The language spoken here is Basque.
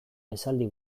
esaldi